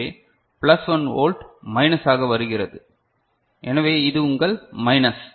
எனவே plus 1 volt மைனஸாக வருகிறது எனவே இது உங்கள் மைனஸ்